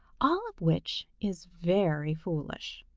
all of which is very foolish.